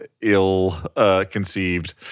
ill-conceived